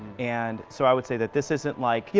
and so, i would say that this isn't like, yeah